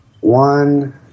one